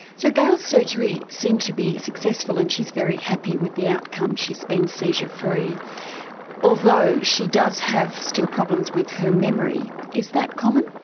so gail's surgery seemed to be successful and she's very happy with the outcome she's been seizure free although she does have still problems with her memory. is that common?